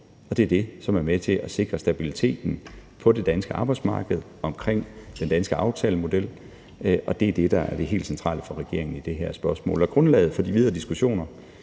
og det er det, som er med til at sikre stabiliteten på det danske arbejdsmarked omkring den danske aftalemodel, og det er det, der er det helt centrale for regeringen i det her spørgsmål. Grundlaget for de videre diskussioner